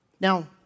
Now